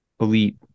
elite